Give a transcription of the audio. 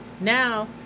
Now